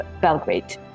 Belgrade